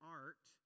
art